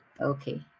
Okay